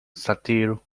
satire